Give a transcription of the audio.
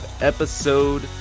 episode